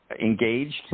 engaged